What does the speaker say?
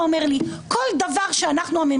-- אנחנו לא יכולים לעשות מה שבא לנו.